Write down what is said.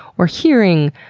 or hearing,